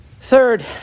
Third